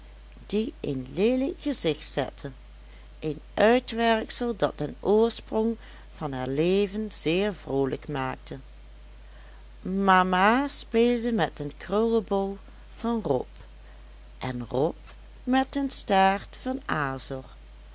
die een leelijk gezicht zette een uitwerksel dat den oorsprong van haar leven zeer vroolijk maakte mama speelde met den krullebol van rob en rob met den staart van azor